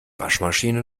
waschmaschine